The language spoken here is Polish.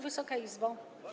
Wysoka Izbo!